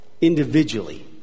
individually